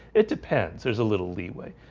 it depends there's a little leeway,